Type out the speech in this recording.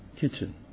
kitchen